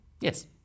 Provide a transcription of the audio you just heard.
yes